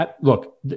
look